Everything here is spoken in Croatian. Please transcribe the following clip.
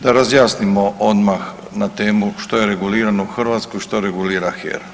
Da razjasnimo odmah na temu što je regulirano u Hrvatskoj, što regulira HERA.